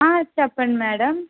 చెప్పండి మేడం